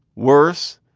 worse,